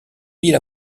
mille